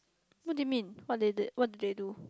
what do you mean what they did what did they do